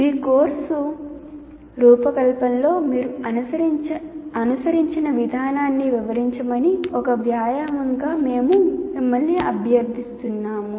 మీ course రూపకల్పనలో మీరు అనుసరించిన విధానాన్ని వివరించమని ఒక వ్యాయామంగా మేము మిమ్మల్ని అభ్యర్థిస్తున్నాము